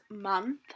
month